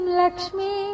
lakshmi